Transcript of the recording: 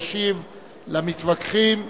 ישיב למתווכחים,